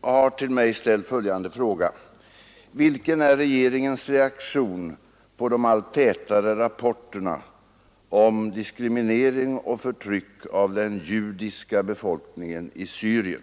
har till mig ställt följande fråga: ” Vilken är regeringens reaktion på de allt tätare rapporterna om diskriminering och förtryck av den judiska befolkningen i Syrien?